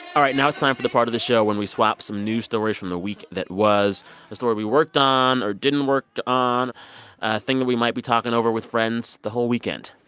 all right. now it's time for the part of the show when we swap some news stories from the week that was a story we worked or didn't work on, a thing that we might be talking over with friends the whole weekend.